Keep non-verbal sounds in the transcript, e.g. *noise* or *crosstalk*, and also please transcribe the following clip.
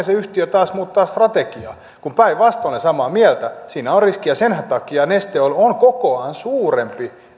*unintelligible* se yhtiö taas muuttaa strategiaa olen samaa mieltä siinä on riski senhän takia neste oil on kokoaan suurempi